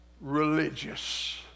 religious